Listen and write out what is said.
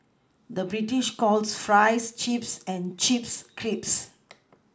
the British calls Fries Chips and Chips Crisps